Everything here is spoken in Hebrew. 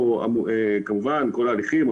כמובן מתקיימים כל ההליכים,